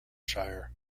shire